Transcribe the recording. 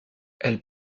elle